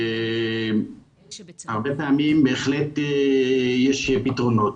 והרבה פעמים בהחלט יש פתרונות.